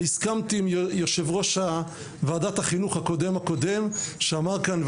והסכמתי עם יושב ראש ועדת החינוך הקודם הקודם שאמר כאן,